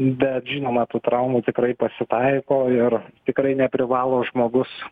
bet žinoma tų traumų tikrai pasitaiko ir tikrai neprivalo žmogus